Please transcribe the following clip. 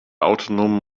autonomen